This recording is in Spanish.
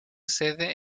sede